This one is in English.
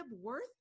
worth